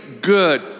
good